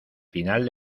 final